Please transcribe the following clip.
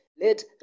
let